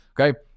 Okay